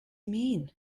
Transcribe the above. mean